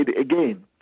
again